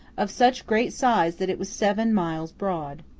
of such great size that it was seven miles broad.